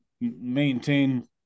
maintain